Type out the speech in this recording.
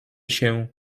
się